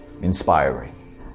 Inspiring